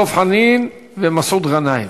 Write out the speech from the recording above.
דב חנין ומסעוד גנאים.